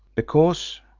because?